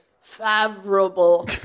favorable